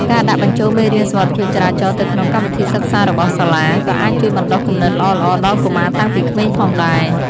ការដាក់បញ្ចូលមេរៀនសុវត្ថិភាពចរាចរណ៍ទៅក្នុងកម្មវិធីសិក្សារបស់សាលា ក៏អាចជួយបណ្ដុះគំនិតល្អៗដល់កុមារតាំងពីក្មេងផងដែរ។